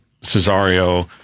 Cesario